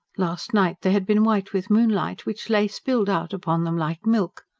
last night they had been white with moonlight, which lay spilled out upon them like milk.